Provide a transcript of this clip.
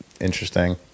interesting